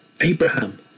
Abraham